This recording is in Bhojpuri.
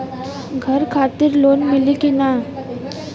घर खातिर लोन मिली कि ना?